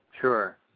Sure